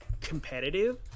competitive